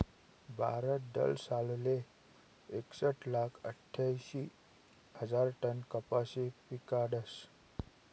भारत दरसालले एकसट लाख आठ्यांशी हजार टन कपाशी पिकाडस